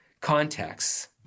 contexts